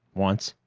once.